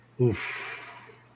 Oof